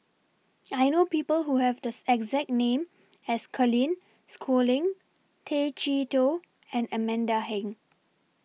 I know People Who Have The exact name as Colin Schooling Tay Chee Toh and Amanda Heng